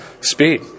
Speed